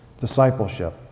discipleship